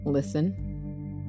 Listen